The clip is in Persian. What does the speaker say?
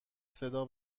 صدا